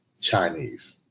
Chinese